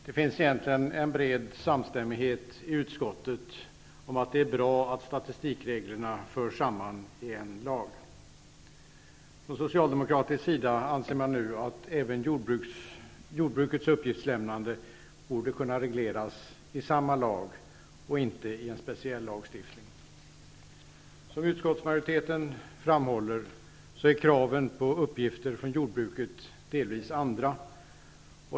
Herr talman! Det finns egentligen en bred samstämmighet i utskottet om att det är bra att statistikreglerna förs samman i en lag. Från socialdemokratisk sida anser man nu att även jordbrukets uppgiftslämnande borde kunna regleras i samma lag och inte i en speciell lagstiftning. Som utskottsmajoriteten framhåller är kraven på uppgifter från jordbruket delvis andra.